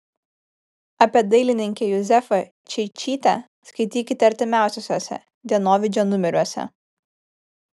apie dailininkę juzefą čeičytę skaitykite artimiausiuose dienovidžio numeriuose